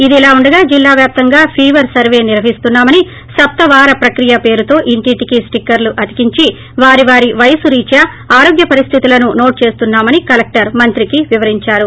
ఇదిలా ఉండగా జిల్లా వ్యాప్తంగా ఫీవర్ సర్వే నిర్వహిస్తున్నామని సప్త వార ప్రక్రియ పేరుతో ఇంటింటికీ స్టిక్కర్లు అతికించి వారి వారి వయసు రీత్యా ఆరోగ్య పరిస్తితులను నోట్ చేస్తున్నామని కలెక్టర్ మంత్రికి వివరించారు